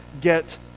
get